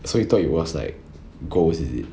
so you thought it was like ghost is it